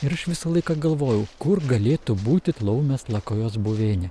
ir aš visą laiką galvojau kur galėtų būti laumės lakajos buveinė